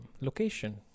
location